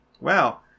Wow